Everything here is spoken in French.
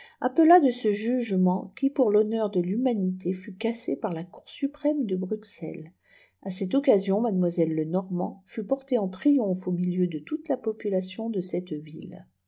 appela de ce jugement qui pour thonneur de thumanité fut cassé par la cour suprême de bruxelles a cette occasion mademoiselle lenormant fut portée en triomphe au milieu de toute la population de cette ville